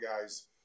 guys